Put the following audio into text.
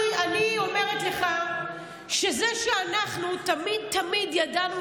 אני אומרת לך שזה שאנחנו תמיד תמיד ידענו